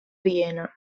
viena